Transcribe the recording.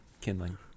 kindling